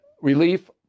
relief